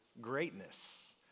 greatness